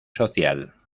social